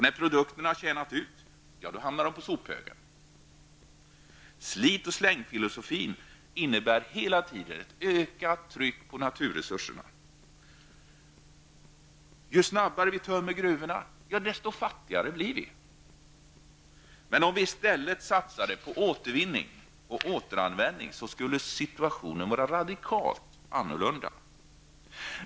När produkterna har tjänat ut hamnar de på sophögen. Slit och slängfilosofin innebär hela tiden ett ökat tryck på naturresurserna. Ju snabbare vi tömmer gruvorna desto fattigare blir vi. Om vi i stället satsade på återvinning och återanvändning, skulle situationen vara radikalt annorlunda.